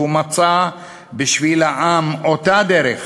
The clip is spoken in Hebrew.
והוא מצא בשביל העם אותה דרך